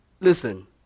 Listen